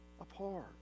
apart